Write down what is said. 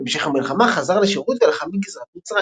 בהמשך המלחמה חזר לשירות ולחם בגזרת מצרים.